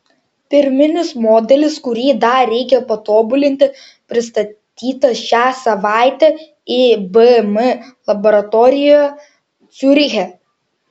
pirminis modelis kurį dar reikia patobulinti pristatytas šią savaitę ibm laboratorijoje ciuriche